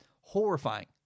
horrifying